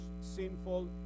sinful